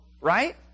right